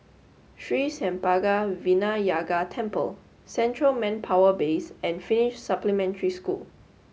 Sri Senpaga Vinayagar Temple Central Manpower Base and Finnish Supplementary School